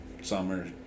summer